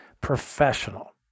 professional